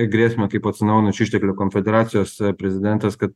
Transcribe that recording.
į grėsmę kaip atsinaujinančių išteklių konfederacijos prezidentas kad